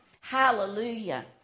Hallelujah